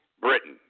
Britain